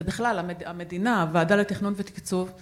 ובכלל המדינה, הוועדה לתכנון ותקצוב